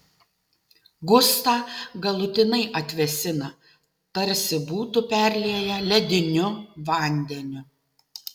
gustą galutinai atvėsina tarsi būtų perlieję lediniu vandeniu